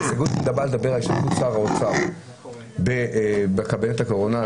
ההסתייגות הבאה מדברת על השתתפות שר האוצר בקבינט הקורונה.